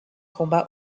combat